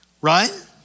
Right